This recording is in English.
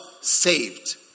saved